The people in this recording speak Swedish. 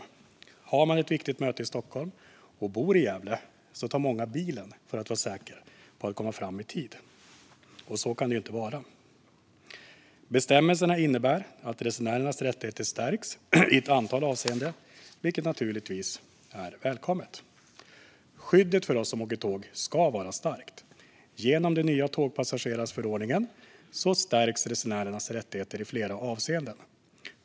Många som har ett viktigt möte i Stockholm och bor i Gävle tar bilen för att vara säkra på att komma fram i tid. Så ska det inte vara. Bestämmelserna innebär att resenärernas rättigheter stärks i ett antal avseenden, vilket naturligtvis är välkommet. Skyddet för dem som åker tåg ska vara starkt. Genom den nya tågpassagerarförordningen stärks resenärernas rättigheter i flera avseenden.